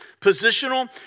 Positional